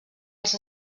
als